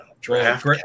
draft